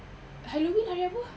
halloween hari apa